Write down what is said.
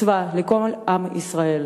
מצווה לכל עם ישראל.